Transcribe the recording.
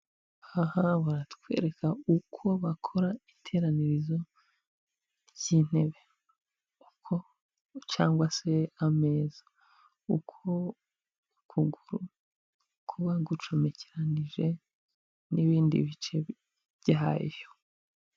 Aha baratwereka uko bakora iteranirizo ry'intebe uko cyangwe se ameza uko ukuguru kuba gucomekeranije n'ibindi bice byayo.